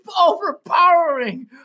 overpowering